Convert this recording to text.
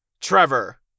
Trevor